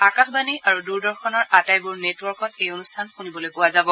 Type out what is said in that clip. আকাশবাণী আৰু দূৰদৰ্শনৰ আটাইবোৰ নেটৱৰ্কত এই অনুষ্ঠান শুনিবলৈ পোৱা যাব